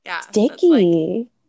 sticky